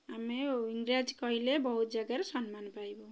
ଆମେ ଇଂରାଜୀ କହିଲେ ବହୁତ ଜାଗାରେ ସମ୍ମାନ ପାଇବୁ